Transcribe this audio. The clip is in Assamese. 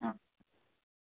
অঁ